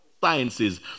sciences